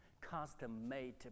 custom-made